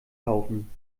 kaufen